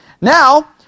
Now